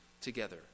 together